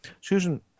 Susan